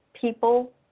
people